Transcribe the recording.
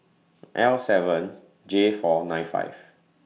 L seven J four nine five